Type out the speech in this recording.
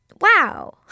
wow